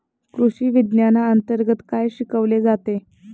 कृषीविज्ञानांतर्गत काय शिकवले जाते?